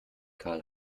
karl